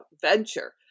venture